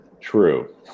True